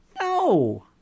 No